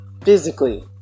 physically